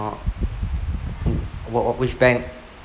what what which bank